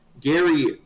Gary